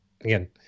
Again